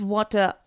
Water